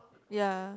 ya